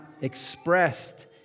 expressed